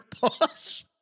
boss